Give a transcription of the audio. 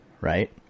right